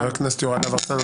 חבר הכנסת יוראי להב הרצנו,